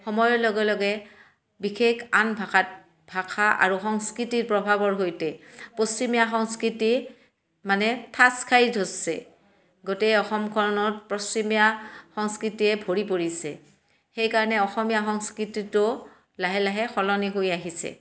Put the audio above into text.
সময়ৰ লগে লগে বিশেষ আন ভাষাত ভাষা আৰু সংস্কৃতিৰ প্ৰভাৱৰ সৈতে পশ্চিমীয়া সংস্কৃতি মানে ঠাচ খাই ধৰিছে গোটেই অসমখনত পশ্চিমীয়া সংস্কৃতিয়ে ভৰি পৰিছে সেইকাৰণে অসমীয়া সংস্কৃতিটো লাহে লাহে সলনি হৈ আহিছে